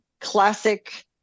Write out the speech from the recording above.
classic